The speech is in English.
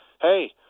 hey